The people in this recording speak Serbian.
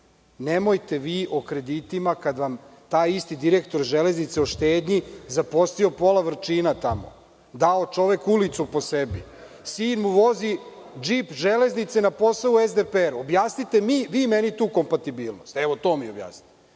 Nemojte vi o kreditima kada vam taj isti direktor železnice zaposlio pola Vrčina tamo, dao čovek ulicu po sebi, sin mu vozi džip Železnice na posao u SDPR. Objasnite vi meni tu kompatibilnost. To mi objasnite.